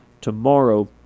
tomorrow